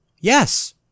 Yes